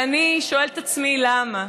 ואני שואלת את עצמי למה,